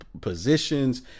positions